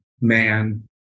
man